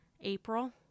April